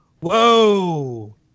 whoa